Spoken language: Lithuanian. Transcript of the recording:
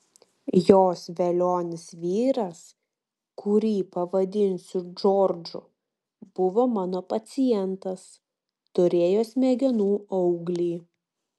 jos velionis vyras kurį pavadinsiu džordžu buvo mano pacientas turėjo smegenų auglį